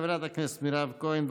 חברת הכנסת מירב כהן,